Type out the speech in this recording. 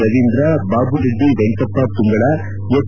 Ravindra Babureddy Venkappa Tungala H